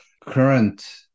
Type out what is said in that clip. current